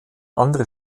andere